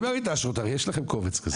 הרי את האשרות, הרי יש לכם קובץ כזה.